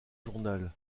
journal